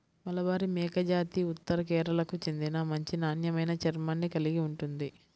మలబారి మేకజాతి ఉత్తర కేరళకు చెందిన మంచి నాణ్యమైన చర్మాన్ని కలిగి ఉంటుంది